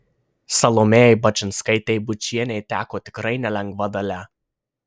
salomėjai bačinskaitei bučienei teko tikrai nelengva dalia